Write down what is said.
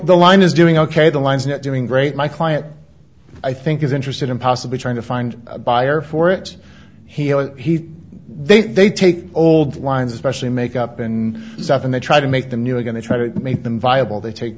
the line is doing ok the lines not doing great my client i think is interested in possibly trying to find a buyer for it he he they they take old lines especially make up and stuff and they try to make the new we're going to try to make them viable they take